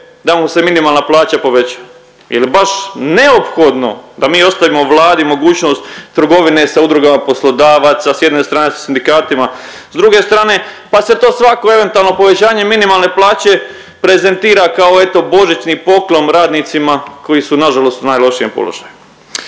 da mu se minimalna plaća poveća. Je li baš neophodno da mi ostavimo Vladi mogućnost trgovine sa udrugama poslodavaca s jedne strane, sa sindikatima s druge strane pa se to svako eventualno povećanje minimalne plaće, prezentira kao eto božićni poklon radnicima koji su nažalost u najlošijem položaju.